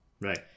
Right